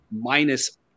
minus